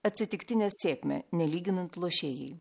atsitiktinę sėkmę nelyginant lošėjai